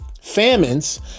famines